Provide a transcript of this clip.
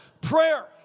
prayer